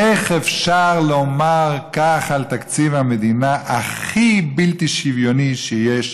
איך אפשר לומר כך על תקציב המדינה הכי בלתי שוויוני שיש?